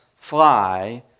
fly